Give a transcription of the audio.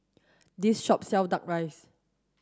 this shop sell duck rice